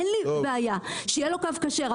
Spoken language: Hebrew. אין לי בעיה עם זה שיהיה לו קו כשר.